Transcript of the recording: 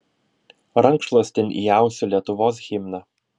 rankšluostin įausiu lietuvos himną